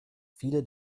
viele